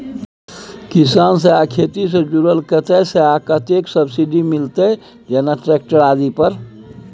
किसान से आ खेती से जुरल कतय से आ कतेक सबसिडी मिलत, जेना ट्रैक्टर आदि पर?